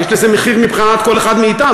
יש לזה מחיר מבחינת כל אחד מאתנו,